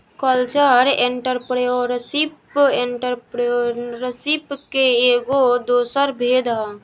cultural entrepreneurship entrepreneurship के एगो दोसर भेद ह